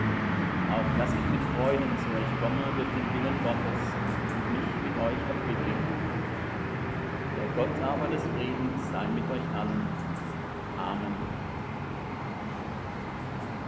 auf daß ich mit freuden zu euch komme durch den willen gottes und mich mit euch erquicke der gott aber des friedens sei mit euch allen amen